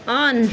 on